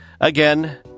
again